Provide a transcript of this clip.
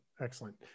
excellent